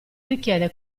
richiede